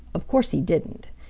of course he didn't.